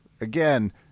Again